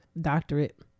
Doctorate